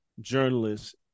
journalists